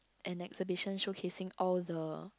an exhibition showcasing all the